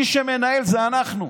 מי שמנהל זה אנחנו.